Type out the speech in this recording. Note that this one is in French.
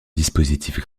dispositif